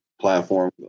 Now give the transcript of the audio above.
Platform